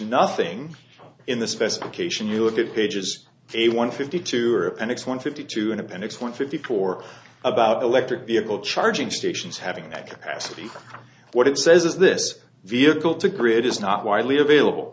nothing in the specification you look at pages a one fifty two or appendix one fifty two in appendix one fifty four about electric vehicle charging stations having that capacity what it says is this vehicle to grid is not widely available